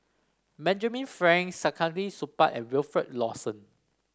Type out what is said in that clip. Benjamin Frank Saktiandi Supaat and Wilfed Lawson